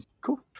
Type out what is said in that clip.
cool